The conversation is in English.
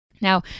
Now